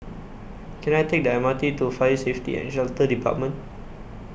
Can I Take The M R T to Fire Safety and Shelter department